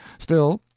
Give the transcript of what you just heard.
still,